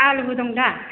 आलुबो दं दा